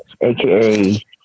aka